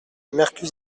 mercus